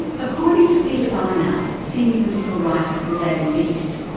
according to peter beinart, senior political writer for the daily beast,